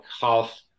half